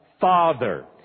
Father